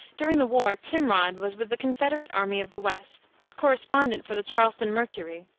during the war timrod was with the confederate army of the west, as correspondent for the charleston mercury,